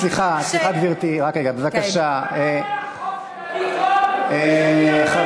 סליחה, גברתי, רק רגע בבקשה, כמה הוא עולה, החוק